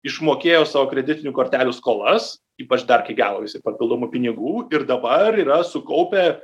išmokėjo savo kreditinių kortelių skolas ypač dar kai gavo visi papildomų pinigų ir dabar yra sukaupę